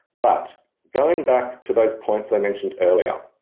but going back to those points i mentioned earlier,